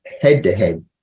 head-to-head